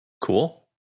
cool